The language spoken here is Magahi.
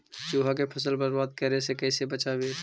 चुहा के फसल बर्बाद करे से कैसे बचाबी?